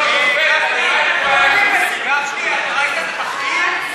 ישיב השר לשירותי דת חבר הכנסת דוד אזולאי.